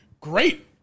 great